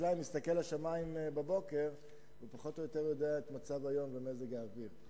חקלאי מסתכל בבוקר לשמים ופחות או יותר יודע את מצב היום ומזג האוויר.